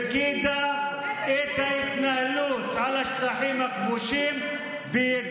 הפקידה את ההתנהלות על השטחים הכבושים בידי